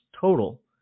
total